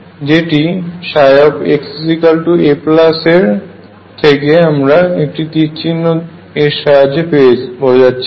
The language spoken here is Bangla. যেটি xa এর থেকে আমরা একটি তির চিহ্ন এর সাহয্যে বোঝাচ্ছি